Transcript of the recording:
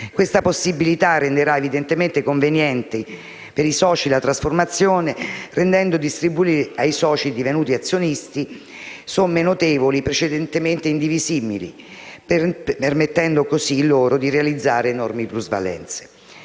Questa possibilità renderà evidentemente conveniente per i soci la trasformazione rendendo distribuibili ai soci, divenuti azionisti, ingenti somme precedentemente indivisibili, permettendo loro di realizzare enormi plusvalenze.